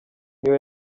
niyo